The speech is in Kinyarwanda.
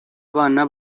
abana